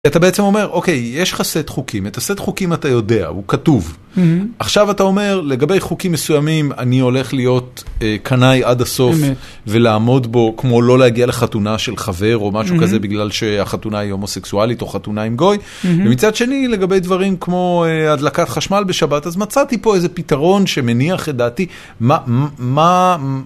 אתה בעצם אומר, אוקיי, יש לך סט חוקים, את הסט חוקים אתה יודע, הוא כתוב. עכשיו אתה אומר, לגבי חוקים מסוימים אני הולך להיות קנאי עד הסוף, ולעמוד בו, כמו לא להגיע לחתונה של חבר או משהו כזה, בגלל שהחתונה היא הומוסקסואלית או חתונה עם גוי. ומצד שני, לגבי דברים כמו הדלקת חשמל בשבת, אז מצאתי פה איזה פתרון שמניח את דעתי, מה...